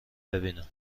ببینن